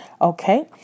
Okay